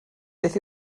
beth